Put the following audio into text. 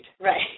Right